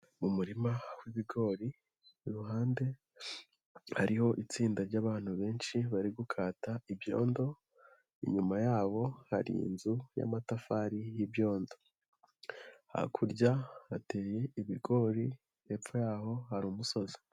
Mu murima w'ibigori, iruhande hariho itsinda ry'abantu benshi bari gukata ibyondo, inyuma yabo hari inzu y'amatafari y'ibyondo. Hakurya hateye ibigori, hepfo yaho hari umusozi.